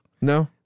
No